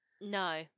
No